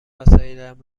وسایلم